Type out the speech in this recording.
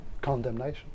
condemnation